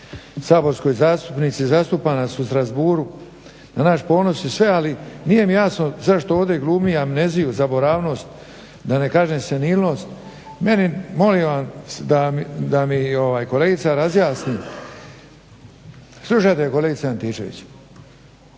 saborskoj zastupnici, zastupa nas u Strasbourgu na naš ponos i sve, ali nije mi jasno zašto ovdje glumi amneziju, zaboravnost da ne kažem senilnost. Meni molim vas da mi kolegica razjasni, slušajte kolegice Antičević